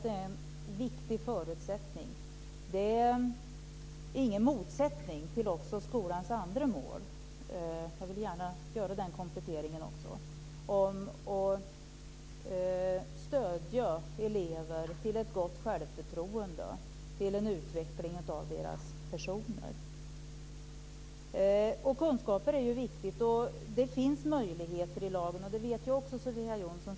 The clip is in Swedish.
Det är en viktig förutsättning, men det står inte i motsättning till skolans andra mål - jag vill gärna göra den kompletteringen - om att man ska stödja eleverna så att de får ett gott självförtroende och stödja elevernas personliga utveckling. Kunskaper är viktigt. Det finns möjligheter i lagen, och det vet också Sofia Jonsson.